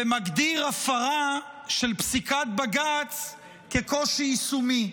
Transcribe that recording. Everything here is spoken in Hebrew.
ומגדיר הפרה של פסיקת בג"ץ כקושי יישומי.